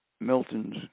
Milton's